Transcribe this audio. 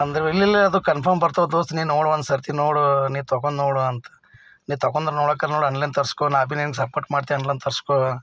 ಅಂದರೆ ಇಲ್ಲೆಲ್ಲ ಅದು ಕನ್ಫರ್ಮ್ ಬರ್ತದ ದೋಸ್ತ್ ನೀನು ನೋಡು ಒಂದು ಸರತಿ ನೋಡು ನೀನು ತಗೊಂಡು ನೋಡು ಅಂತ ನೀನು ತಗೊಂಡು ನೋಡ್ಲಿಕ್ಕೆ ನೋಡು ಆನ್ಲೈನ್ ತರಿಸ್ಕೊ ನಾ ಭೀ ನಿನ್ಗೆ ಸಪೋರ್ಟ್ ಮಾಡ್ತೆ ನೀನು ಆನ್ಲೈನ್ ತರಿಸ್ಕೊ